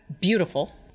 beautiful